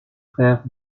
frères